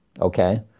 okay